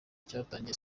cyatangiye